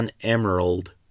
Emerald